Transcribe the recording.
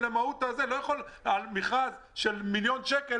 לא יכול להיות שעל מכרז של מיליון שקל